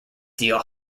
steel